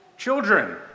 Children